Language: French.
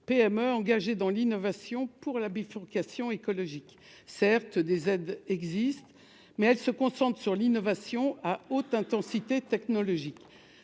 PME engagée dans l'innovation pour la bifurcation écologique certes des aides existent, mais elle se concentre sur l'innovation à haute intensité technologique,